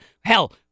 hell